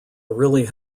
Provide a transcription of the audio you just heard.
really